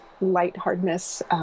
light-hardness